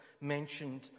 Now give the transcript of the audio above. mentioned